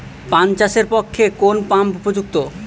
পান চাষের পক্ষে কোন পাম্প উপযুক্ত?